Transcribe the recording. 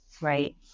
right